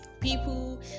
people